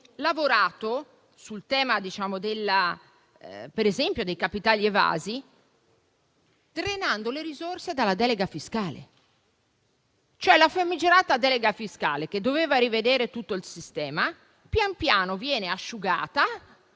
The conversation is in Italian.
lavorato sul tema dei capitali evasi, drenando le risorse dalla delega fiscale. La famigerata delega fiscale, che doveva rivedere tutto il sistema, pian piano viene asciugata.